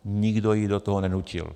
Nikdo ji do toho nenutil.